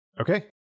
Okay